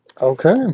Okay